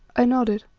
i nodded.